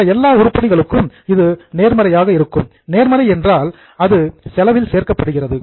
மற்ற எல்லா உருப்படிகளுக்கும் இது நேர்மறையாக இருக்கும் நேர்மறை என்றால் அது செலவில் சேர்க்கப்படுகிறது